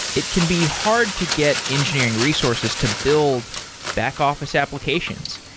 it can be hard to get engineering resources to build back-office applications.